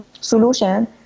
solution